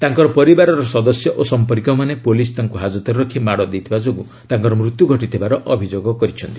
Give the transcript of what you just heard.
ତାଙ୍କର ପରିବାରର ସଦସ୍ୟ ଓ ସମ୍ପର୍କୀୟମାନେ ପୁଲିସ୍ ତାଙ୍କୁ ହାଜତ୍ରେ ରଖି ମାଡ଼ ଦେଇଥିବା ଯୋଗୁଁ ତାଙ୍କର ମୃତ୍ୟୁ ଘଟିଥିବାର ଅଭିଯୋଗ କରିଛନ୍ତି